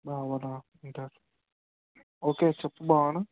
భావనా okay చెప్పు భావన